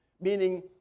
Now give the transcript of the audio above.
meaning